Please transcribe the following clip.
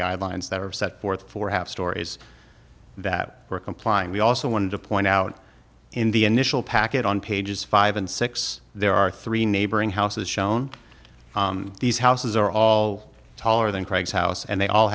guidelines that are set forth for half stories that we're complying we also want to point out in the initial packet on pages five dollars and six dollars there are three neighboring houses shown these houses are all taller than craig's house and they all